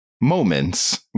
moments